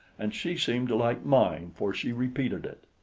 and she seemed to like mine, for she repeated it.